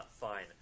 fine